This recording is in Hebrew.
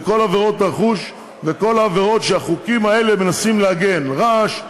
בכל עבירות הרכוש ובכל העבירות שהחוקים האלה מנסים להגן לגביהן: רעש,